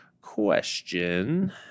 question